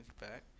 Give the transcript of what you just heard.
back